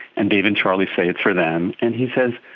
and dave and charlie say it's for them, and he says,